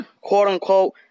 quote-unquote